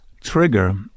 Trigger